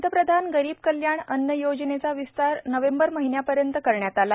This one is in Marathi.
पंतप्रधान गरीब कल्याण अन्न योजनेचा विसतार नोवेंबर महिन्या पर्यन्त करण्यात आला